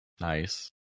Nice